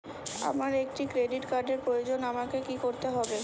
আমার একটি ক্রেডিট কার্ডের প্রয়োজন আমাকে কি করতে হবে?